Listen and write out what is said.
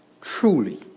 truly